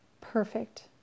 perfect